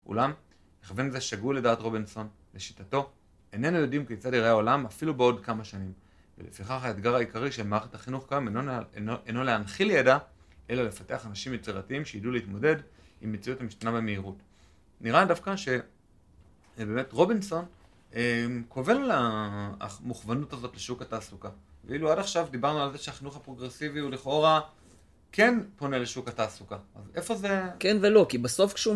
אולם, מכוון זה שגו לדעת רובינסון, לשיטתו, איננו יודעים כיצד יראה העולם, אפילו בעוד כמה שנים. ולפיכך, האתגר העיקרי של מערכת החינוך כיום אינו להנחיל ידע, אלא לפתח אנשים יצירתיים שיידעו להתמודד עם מציאות המשתנה במהירות. נראה דווקא ש... באמת, רובינסון קובל על המוכוונות הזאת לשוק התעסוקה. ואילו עד עכשיו דיברנו על זה שהחינוך הפרוגרסיבי הוא לכאורה... כן פונה לשוק התעסוקה. איפה זה... כן ולא, כי בסוף כשהוא...